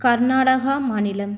கர்நாடகா மாநிலம்